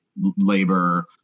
labor